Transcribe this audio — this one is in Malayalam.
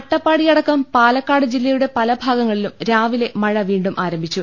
അട്ടപ്പാടിയടക്കം പാലക്കാട് ജില്ലയുടെ പലഭാഗങ്ങളിലും രാവിലെ മഴ വീണ്ടും ആരംഭിച്ചു